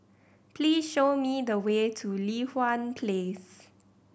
please show me the way to Li Hwan Place